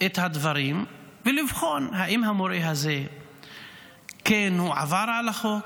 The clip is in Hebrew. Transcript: את הדברים ולבחון אם המורה הזה עבר על החוק,